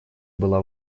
была